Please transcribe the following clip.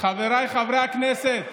חבריי חברי הכנסת,